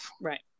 right